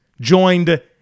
joined